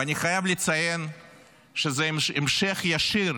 ואני חייב לציין שזה המשך ישיר